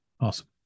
Awesome